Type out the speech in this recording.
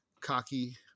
cocky